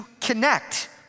connect